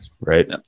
Right